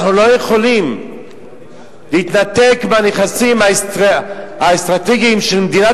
אנחנו לא יכולים להתנתק מהנכסים האסטרטגיים של מדינת